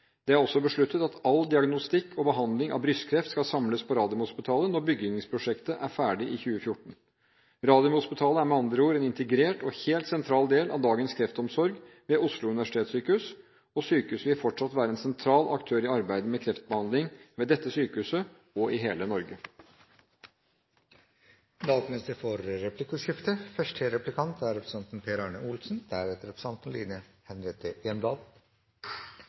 Det er også besluttet at all diagnostikk og behandling av brystkreft skal samles på Radiumhospitalet når bygningsprosjektet er ferdig i 2014. Radiumhospitalet er med andre ord en integrert og helt sentral del av dagens kreftomsorg ved Oslo universitetssykehus. Sykehuset vil fortsatt være en sentral aktør i arbeidet med kreftbehandling – ved dette sykehuset og i hele Norge. Det åpnes for replikkordskifte.